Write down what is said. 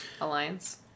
alliance